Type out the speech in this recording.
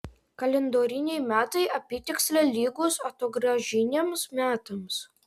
kalendoriniai metai apytiksliai lygūs atogrąžiniams metams